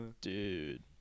dude